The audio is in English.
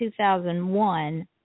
2001